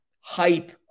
hype